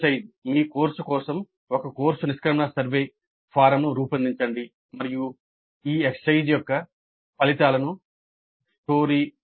వ్యాయామం మీ కోర్సు కోసం ఒక కోర్సు నిష్క్రమణ సర్వే ఫారమ్ను రూపొందించండి మరియు ఈ వ్యాయామం యొక్క ఫలితాలను story